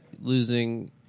losing